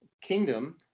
kingdom